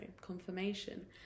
confirmation